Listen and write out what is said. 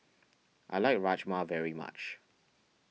I like Rajma very much